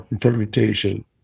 fermentation